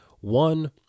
One